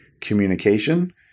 communication